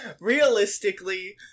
Realistically